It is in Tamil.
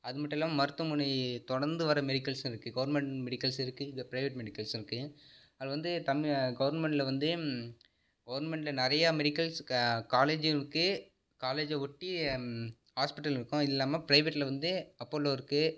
அது மட்டும் இல்லாமல் மருத்துவமனை தொடர்ந்து வர மெடிக்கல்ஸும் இருக்குது கவுர்மெண்ட் மெடிக்கல்ஸ் இருக்குது இங்கே ப்ரைவேட் மெடிக்கல்ஸும் இருக்குது அதில் வந்து தமிழை கவர்மெண்ட்ல வந்து கவர்மெண்ட்ல நிறையா மெடிக்கல்ஸ் கா காலேஜும் இருக்குது காலேஜெய் ஒட்டி ஆஸ்பிட்டல் இருக்கும் இல்லாமல் ப்ரைவேட்ல வந்து அப்பல்லோ இருக்குது